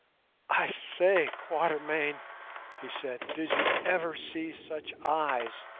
i say, quatermain he said, did you ever see such eyes